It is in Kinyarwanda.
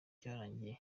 byarangiye